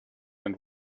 and